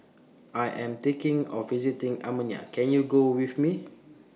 I Am thinking of visiting Armenia Can YOU Go with Me